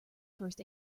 first